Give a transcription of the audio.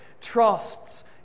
trusts